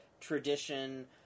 tradition